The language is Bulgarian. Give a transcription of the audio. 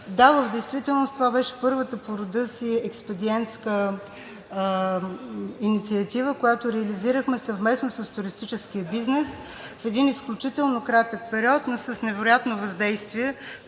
Да, в действителност това беше първата по рода си експедиентска инициатива, която реализирахме съвместно с туристическия бизнес в един изключително кратък период, но с невероятно въздействие.